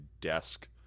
desk